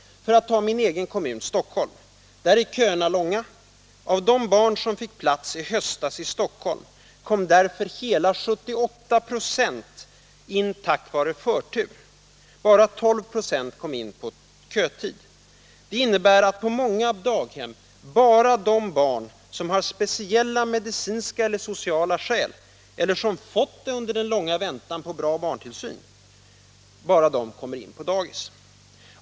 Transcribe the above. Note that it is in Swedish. Låt mig ta min egen kommun, Stockholm, som exempel. Där är köerna långa. Av de barn som fick plats i höstas i Stockholm kom hela 78 96 in tack vara förtur. Bara 12 26 kom in på kötid. Detta innebär att på många daghem bara de barn som har speciella medicinska eller suciala skäl — eller sora fått det under den långa väntan på bra barntillsyn - kommer in på dagis.